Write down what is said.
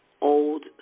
old